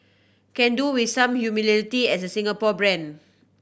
can do with some as a Singapore brand